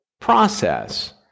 process